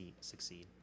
succeed